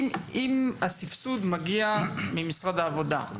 אם הסבסוד מגיע ממשרד העבודה,